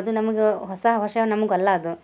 ಅದು ನಮ್ಗೆ ಹೊಸ ವರ್ಷ ನಮಗಲ್ಲ ಅದು